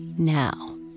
Now